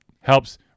helps